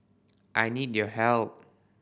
I need your help